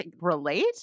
relate